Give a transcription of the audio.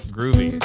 Groovy